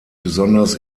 besonders